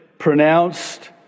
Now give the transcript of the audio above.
pronounced